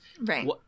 Right